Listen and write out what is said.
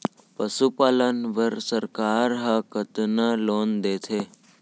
पशुपालन बर सरकार ह कतना लोन देथे?